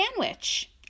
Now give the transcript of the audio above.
sandwich